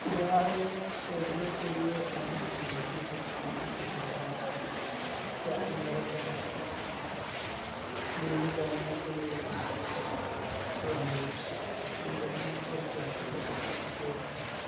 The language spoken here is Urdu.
بہار میں شہریوں کے لیے اہم حکومتی خدمات میں مکان یا عمارت بنانے کا پرمٹ بلڈنگ بنانے کے لیے این او سی رہائش آمدنی اور جاتی کے سرٹیفکیٹ